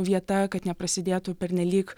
vieta kad neprasidėtų pernelyg